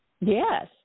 Yes